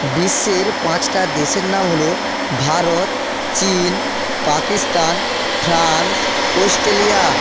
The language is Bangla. বিশ্বের পাঁচটা দেশের নাম হলো ভারত চীন পাকিস্তান ফ্রান্স অস্ট্রেলিয়া